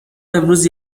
امروز